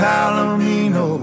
Palomino